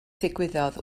ddigwyddodd